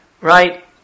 right